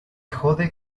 jode